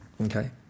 Okay